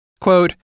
Quote